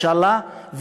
אינשאללה,